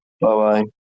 Bye-bye